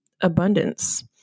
abundance